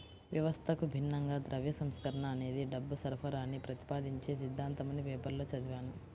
వ్యవస్థకు భిన్నంగా ద్రవ్య సంస్కరణ అనేది డబ్బు సరఫరాని ప్రతిపాదించే సిద్ధాంతమని పేపర్లో చదివాను